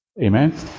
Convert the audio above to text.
Amen